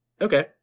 Okay